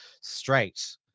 straight